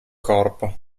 corpo